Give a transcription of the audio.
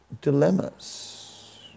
dilemmas